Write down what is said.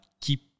keep